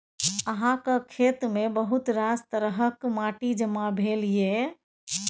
अहाँक खेतमे बहुत रास तरहक माटि जमा भेल यै